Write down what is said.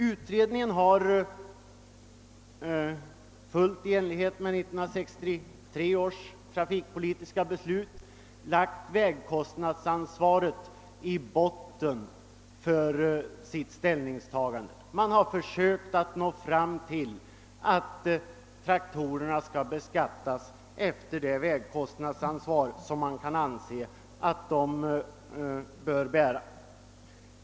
Utredningen har, i enlighet med 1963 års trafikpolitiska beslut, lagt vägkostnadsansvaret till grund för sitt ställningstagande, och man har försökt åstadkomma att traktorerna skall beskattas efter det vägkostnadsansvar som man anser att de bör bära.